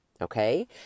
Okay